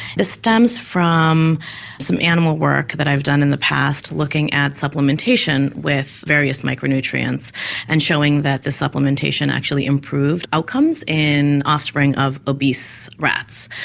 stems from some animal work that i've done in the past looking at supplementation with various micronutrients and showing that the supplementation actually improved outcomes in offspring of obese rats.